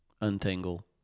untangle